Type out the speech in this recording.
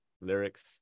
lyrics